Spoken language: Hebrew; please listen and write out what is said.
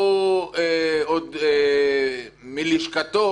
הוא עוד מלשכתו